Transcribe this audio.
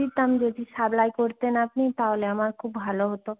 দিতাম যদি সাপ্লাই করতেন আপনি তাহলে আমার খুব ভালো হতো